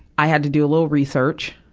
i had to do a little research,